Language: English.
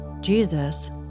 Jesus